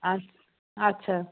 আচ্ছা